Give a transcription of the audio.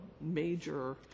major